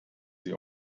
sie